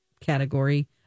category